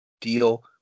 deal